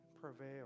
prevail